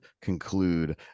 conclude